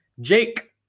Jake